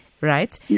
right